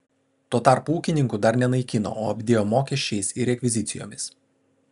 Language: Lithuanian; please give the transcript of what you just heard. tuo tarpu ūkininkų dar nenaikino o apdėjo mokesčiais ir rekvizicijomis